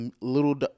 little